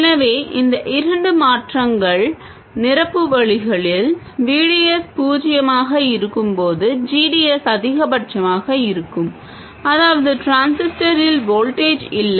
எனவே இந்த இரண்டு மாற்றங்கள் நிரப்பு வழிகளில் V d s பூஜ்ஜியமாக இருக்கும்போது g d s அதிகபட்சமாக இருக்கும் அதாவது டிரான்சிஸ்டரில் வோல்டேஜ் இல்லை